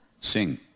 sing